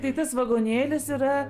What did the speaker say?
tai tas vagonėlis yra